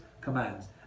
commands